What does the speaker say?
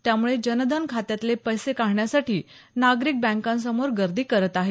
त्यामुळे जनधन खात्यातले पैसे काढण्यासाठी नागरिक बँकांसमोर गर्दी करत आहे